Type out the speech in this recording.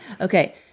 Okay